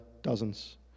dozens